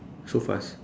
so fast